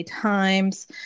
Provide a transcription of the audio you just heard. Times